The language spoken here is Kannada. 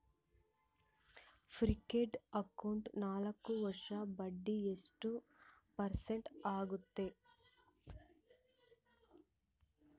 ಫಿಕ್ಸೆಡ್ ಅಕೌಂಟ್ ನಾಲ್ಕು ವರ್ಷಕ್ಕ ಬಡ್ಡಿ ಎಷ್ಟು ಪರ್ಸೆಂಟ್ ಆಗ್ತದ?